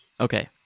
Okay